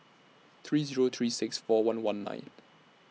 three Zero three six four one one nine